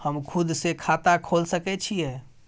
हम खुद से खाता खोल सके छीयै?